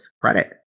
credit